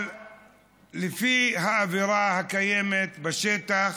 אבל לפי האווירה הקיימת בשטח,